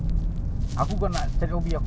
eh talking about boot pula